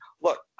look